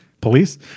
police